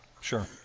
Sure